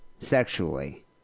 sexually